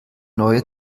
neue